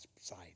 side